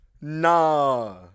Nah